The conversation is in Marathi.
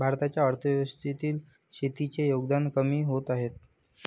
भारताच्या अर्थव्यवस्थेतील शेतीचे योगदान कमी होत आहे